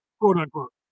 quote-unquote